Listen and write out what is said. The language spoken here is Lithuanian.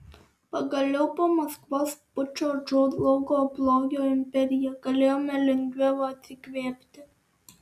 pagaliau po maskvos pučo žlugo blogio imperija galėjome lengviau atsikvėpti